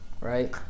right